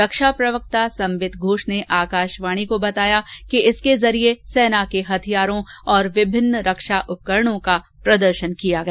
रक्षा प्रवक्ता सम्बित घोष ने आकाशवाणी को बताया कि इसके जरिये सेना के हथियारों और विभिन्न रक्षा उपकरणों का प्रदर्शन किया गया